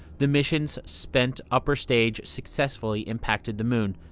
the mission's spent upper stage successfully impacted the moon.